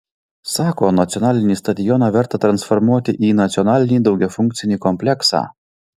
sako nacionalinį stadioną verta transformuoti į nacionalinį daugiafunkcį kompleksą